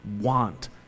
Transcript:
want